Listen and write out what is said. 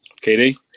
Katie